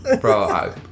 bro